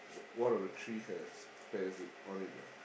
one of the tree has pears in on it lah